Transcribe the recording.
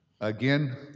Again